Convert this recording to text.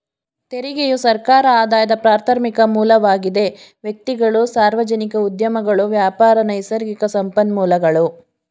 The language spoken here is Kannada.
ತೆರಿಗೆಯು ಸರ್ಕಾರ ಆದಾಯದ ಪ್ರಾರ್ಥಮಿಕ ಮೂಲವಾಗಿದೆ ವ್ಯಕ್ತಿಗಳು, ಸಾರ್ವಜನಿಕ ಉದ್ಯಮಗಳು ವ್ಯಾಪಾರ, ನೈಸರ್ಗಿಕ ಸಂಪನ್ಮೂಲಗಳು